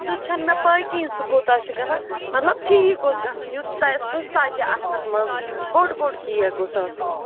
سُہ تہِ چھَ نہٕ مےٚ پےَ کِہیٖنۍ سُہ کوٗتاہ چھُ گژھان مطلب ٹھیٖک گوٚژھ گژھُن یُتھ تٔتٮ۪تھ سُہ سَجہِ اَتھَس منٛز بوٚڈ بوٚڈ کیک گوٚژھ آسُن